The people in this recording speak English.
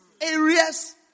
areas